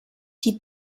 die